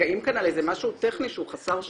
נתקעים כאן על איזה משהו טכני שהוא חסר שחר.